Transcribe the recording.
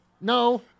No